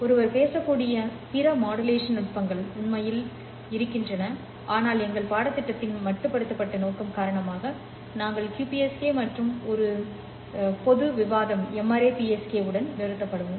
ஒருவர் பேசக்கூடிய பிற மாடுலேஷன் நுட்பங்கள் உண்மையில் உள்ளன ஆனால் எங்கள் பாடத்திட்டத்தின் மட்டுப்படுத்தப்பட்ட நோக்கம் காரணமாக நாங்கள் QPSK மற்றும் ஒரு பொது விவாதம் M ary PSK உடன் நிறுத்தப்படுவோம்